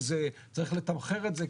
שצריך לתמחר את זה,